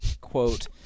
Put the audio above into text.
quote